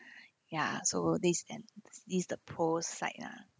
ya so this and this is the poor side ah